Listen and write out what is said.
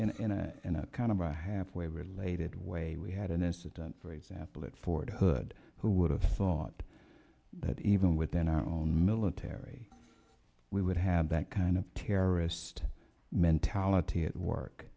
and kind of are half way related way we had an incident for example at fort hood who would have thought that even within our own military we would have that kind of terrorist mentality at work